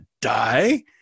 die